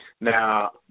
Now